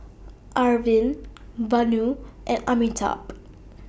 Arvind Vanu and Amitabh